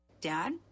Dad